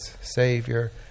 Savior